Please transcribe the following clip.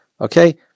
Okay